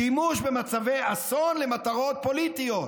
שימוש במצבי אסון למטרות פוליטיות,